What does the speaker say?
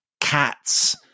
cats